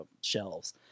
shelves